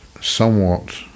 somewhat